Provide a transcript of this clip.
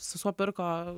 sesuo pirko